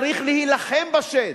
צריך להילחם בשד.